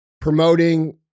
promoting